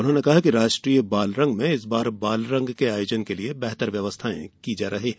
उन्होंने कहा कि राष्ट्रीय बालरंग में इस बार बालरंग के आयोजन के लिए बेहतर व्यवस्थायें की जा रही हैं